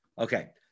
Okay